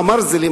המרזלים,